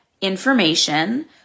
information